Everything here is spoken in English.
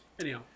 Anyhow